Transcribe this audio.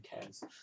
cares